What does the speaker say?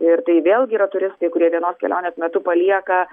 ir tai vėlgi yra turistai kurie vienos kelionės metu palieka